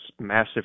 massive